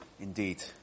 indeed